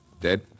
dead